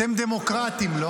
אתם לא.